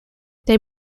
they